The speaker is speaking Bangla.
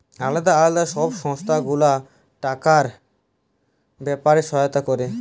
আলদা আলদা সব সংস্থা গুলা টাকার ব্যাপারে সহায়তা ক্যরে